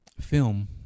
film